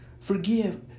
forgive